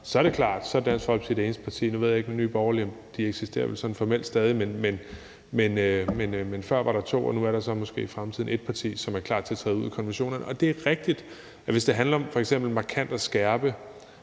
så er det klart, at Dansk Folkeparti er det eneste parti. Nu ved jeg ikke med Nye Borgerlige. Det eksisterer vel sådan formelt stadig. Men før var der to partier, og nu er der så måske i fremtiden ét parti, som er klar til at træde ud af konventionerne. Det er rigtigt, at hvis det f.eks. handler om markant at skærpe